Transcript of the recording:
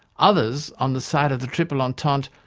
others, on the side of the triple entente,